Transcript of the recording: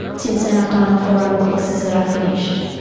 since then i've done four other courses that i've finished,